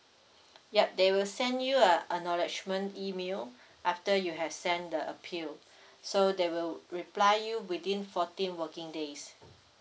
yup they will send you a acknowledgement email after you have sent the appeal so they will reply you within fourteen working days